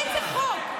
איזה חוק?